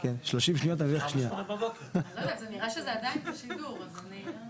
אז צמצמתי זאת לשלוש נקודות מאוד מאוד